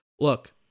Look